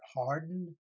hardened